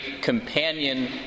companion